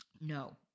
No